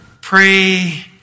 Pray